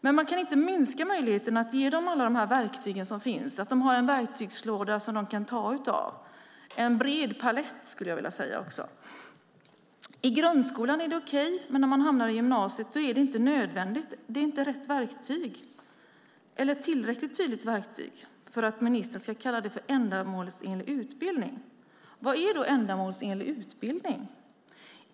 Men vi får inte minska på möjligheten att ge dem alla verktyg som finns. De måste ha en verktygslåda att ta ur, en bred palett. I grundskolan är det okej, men när man hamnar i gymnasiet är de estetiska ämnena inte nödvändiga. Det är inte ett tillräckligt tydligt verktyg för att ministern ska kalla det för ändamålsenlig utbildning. Vad är då ändamålsenlig utbildning?